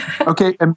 Okay